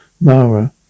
Mara